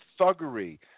thuggery